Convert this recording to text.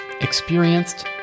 experienced